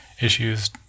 issues